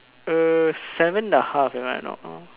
err seven and a half if I'm not wrong